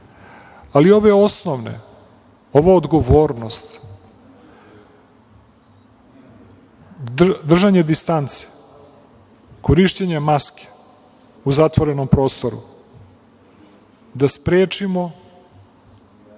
ali ove osnovne, ova odgovornost, držanje distance, korišćenje maske u zatvorenom prostoru, da sprečimo